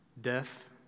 death